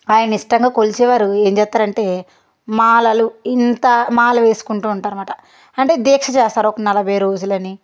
ఆయన్ని ఇష్టంగా కొలిచేవారు ఏం చేస్తారు అంటే మాలలు ఇంత మాల వేసుకుంటూ ఉంటారు అన్నమాట అంటే దీక్ష చేస్తారు ఒక నలభై రోజులని